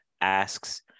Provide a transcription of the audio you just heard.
asks